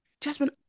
Jasmine